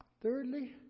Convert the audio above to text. Thirdly